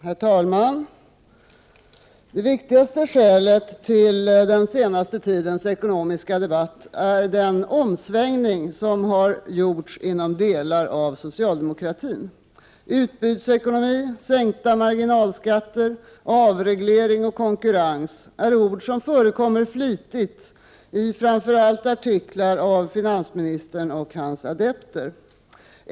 Herr talman! Det viktigaste skälet till den senaste tidens ekonomiska debatt är den omsvängning som gjorts inom delar av socialdemokratin. Utbudsekonomi, sänkta marginalskatter, avreglering och konkurrens är ord som förekommer flitigt framför allt i artiklar av finansministern och hans adepter.